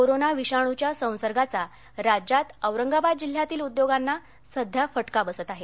corona विषाणूच्या संसर्गाचा राज्यात औरंगाबाद जिल्ह्यातील उद्योगांना सध्या फटका बसत आहे